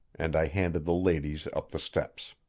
and i handed the ladies up the steps.